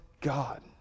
God